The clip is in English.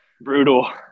Brutal